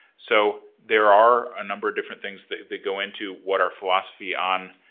so, there are a number of different things that go into what our philosophy on